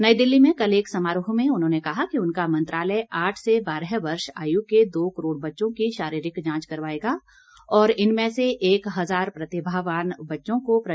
नई दिल्ली में कल एक समारोह में उन्होंने कहा कि उनका मंत्रालय आठ से बारह वर्ष आयु के दो करोड़ बच्चों की शारीरिक जांच करवाएगा और इनमें से एक हजार प्रतिभावान बच्चों को प्रशिक्षण के लिये चुना जाएगा